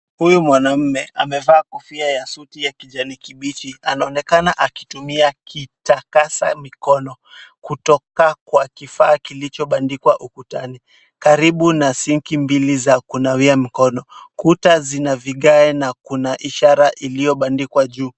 Huyu mwanaume amevaa kofia na suti ya kijani kibichi. Anaonekana akitumia kitakasa mikono kutoka kwa kifaa kilicobandikwa ukutani karibu na sinki mbili za kunawia mikono. Kuta zina vigae na kuna ishara iliyobandikwa juu.